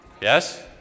Yes